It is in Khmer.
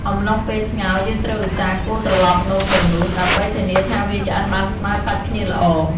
អំឡុងពេលស្ងោរ យើងត្រូវឧស្សាហ៍កូរត្រឡប់នំទាំងនោះ ដើម្បីធានាថាវាឆ្អិនបានស្មើសាច់គ្នាល្អ។